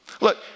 Look